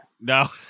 No